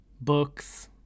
books